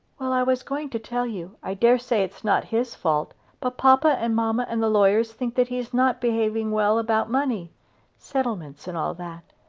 well i was going to tell you. i dare say it is not his fault but papa and mamma and the lawyers think that he is not behaving well about money settlements and all that.